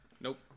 Nope